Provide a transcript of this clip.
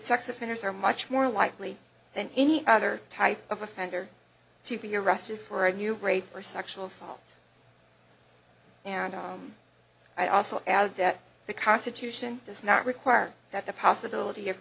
sex offenders are much more likely than any other type of offender to be arrested for a new rape or sexual assault and i also add that the constitution does not require that the possibility of